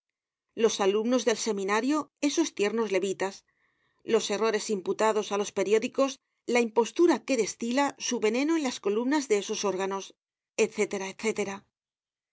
los alumnos del seminario esos tiernos levitas los errores imputados á los periódicos la impostura que destila su veneno en las columnas de esos